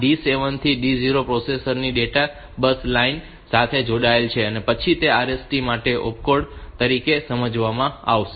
આ D 7 થી D 0 processor ની ડેટા બસ લાઇન સાથે જોડાયેલ છે અને પછી તેને RST માટે ઓપકોડ તરીકે સમજવામાં આવશે